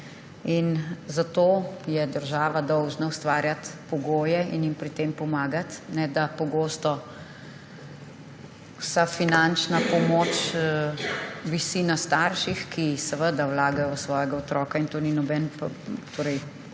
Zato je država dolžna ustvarjati pogoje in jim pri tem pomagati, ne da pogosto vsa finančna pomoč visi na starših, ki seveda vlagajo v svojega otroka. Večinoma to